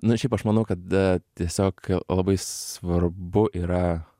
na šiaip aš manau kad tiesiog labai svarbu yra